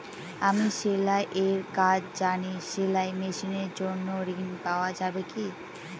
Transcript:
আমি সেলাই এর কাজ জানি সেলাই মেশিনের জন্য ঋণ পাওয়া যাবে কি?